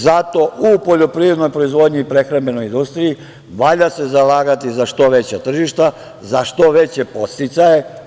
Zato u poljoprivrednoj proizvodnji i prehrambenoj industriji valja se zalagati za što veća tržišta, za što veće podsticaje.